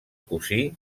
cosí